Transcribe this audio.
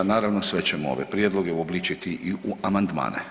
Naravno sve ćemo ove prijedloge uobličiti i u amandmane.